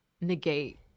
negate